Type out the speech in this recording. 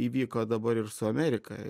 įvyko dabar ir su amerika